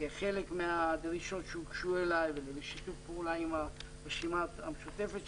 כחלק מהדרישות שהוגשו אליי ובשיתוף פעולה עם הרשימה המשותפת,